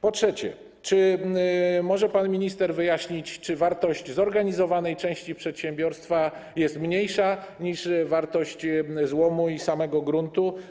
Po trzecie, czy może pan minister wyjaśnić, czy wartość zorganizowanej części przedsiębiorstwa jest mniejsza niż wartość złomu i samego gruntu?